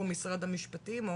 או משרד המשפטים?